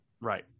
right